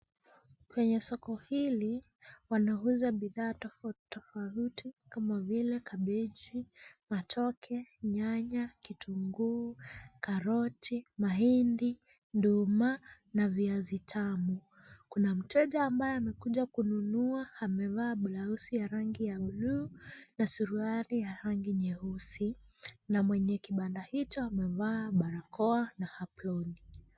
Kwenye soko hili, wanauza bidhaa tofauti tofauti kama vile kabeji, matoke, nyanya, kitunguu, karoti, mahindi, nduma na viazi tamu. Kuna mteja ambaye amekuja kununua. Amevaa blausi ya rangi ya buluu na suruali ya rangi nyeusi na mwenye kibanda hicho amevaa barakoa na aproni.